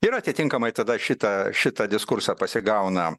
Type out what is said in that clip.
ir atitinkamai tada šitą šitą diskursą pasigauna